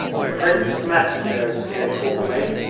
the prince of messengers he had called me.